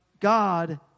God